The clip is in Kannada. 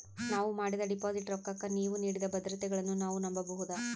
ನಾವು ಮಾಡಿದ ಡಿಪಾಜಿಟ್ ರೊಕ್ಕಕ್ಕ ನೀವು ನೀಡಿದ ಭದ್ರತೆಗಳನ್ನು ನಾವು ನಂಬಬಹುದಾ?